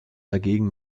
dagegen